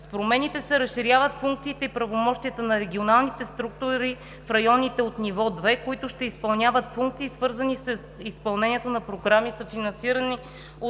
С промените се разширяват функциите и правомощията на регионалните структури в районите от ниво 2, които ще изпълняват функции, свързани с изпълнението на програми, съфинансирани от